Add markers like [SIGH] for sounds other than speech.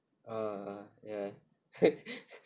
uh uh ya [LAUGHS]